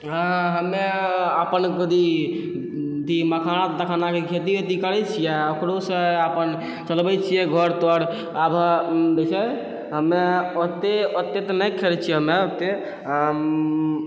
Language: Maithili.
हमे अपन खुद ही अथी मखाना तखानाके खेती आओर करै छिए ओकरोसँ अपन चलबै छिए घर तर आब जे छै हमे ओते ओते तऽ नहि करै छी हमे